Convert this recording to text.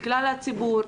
לכלל הציבור,